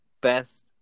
best